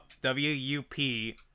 W-U-P